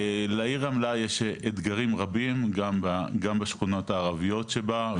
לעיר רמלה יש אתגרים רבים גם בשכונות הערביות שבה.